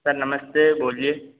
sir नमस्ते बोलिए